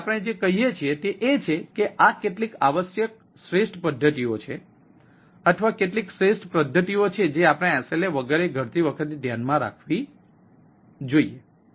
તેથી આપણે જે કહીએ છીએ તે એ છે કે આ કેટલીક આવશ્યક શ્રેષ્ઠ પદ્ધતિઓ છે અથવા કેટલીક શ્રેષ્ઠ પદ્ધતિઓ છે જે આપણે SLA વગેરે ઘડતી વખતે ધ્યાનમાં રાખવી જોઈએ